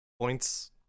Points